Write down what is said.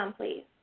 please